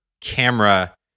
camera